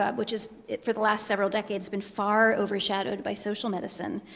um which has, for the last several decades, been far overshadowed by social medicine.